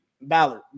Ballard